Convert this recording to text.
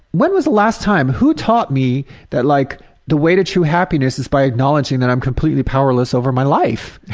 when was the last time who taught me that like the way to true happiness is by acknowledging that i'm completely powerless over my life?